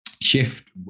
shift